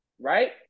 right